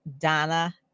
Donna